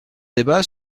débat